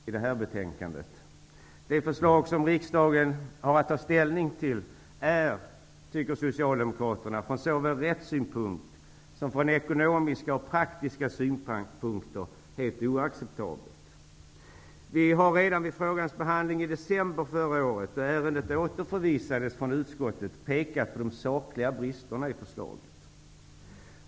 Herr talman! Jerry Martinger hade i ett av sina föregående inlägg gott om pengar. Vi har gott om pengar i det här betänkandet. Det förslag som riksdagen nu har att ta ställning till är enligt Socialdemokraterna såväl från rättssynpunkt som från ekonomiska och praktiska synpunkter helt oacceptabelt. Vi har redan vid frågans behandling i december förra året, då ärendet återförvisades till utskottet, pekat på de sakliga bristerna i förslaget.